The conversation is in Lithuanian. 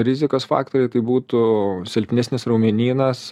rizikos faktoriai tai būtų silpnesnis raumenynas